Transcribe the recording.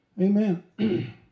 Amen